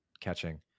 catching